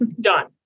done